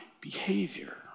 behavior